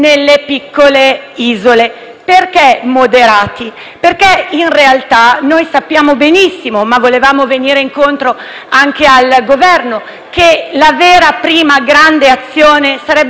piccole isole. In realtà noi sappiamo benissimo (ma volevamo venire incontro anche al Governo) che la prima, vera, grande azione sarebbe stata quella di potenziare